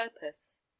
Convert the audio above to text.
purpose